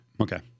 Okay